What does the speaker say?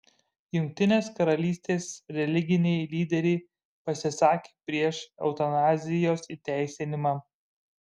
jungtinės karalystės religiniai lyderiai pasisakė prieš eutanazijos įteisinimą